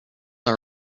are